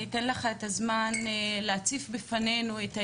אני אתן לך את הזמן להציף בפנינו את האתגרים,